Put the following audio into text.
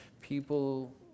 people